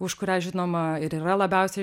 už kurią žinoma ir yra labiausiai